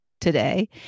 today